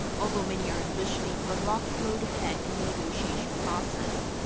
although many are envisioning a rocky road ahead in the negotiation process.